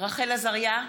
רחל עזריה,